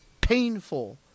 painful